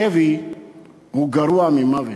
שבי גרוע ממוות.